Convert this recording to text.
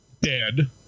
dead